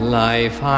life